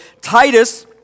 Titus